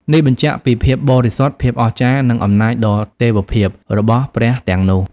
នេះបញ្ជាក់ពី ភាពបរិសុទ្ធ ភាពអស្ចារ្យ និងអំណាចដ៏ទេវភាព របស់ព្រះទាំងនោះ។